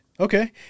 Okay